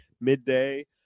midday